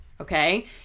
Okay